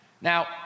Now